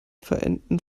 verenden